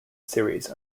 series